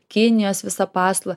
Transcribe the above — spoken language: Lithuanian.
kinijos visa pasiūla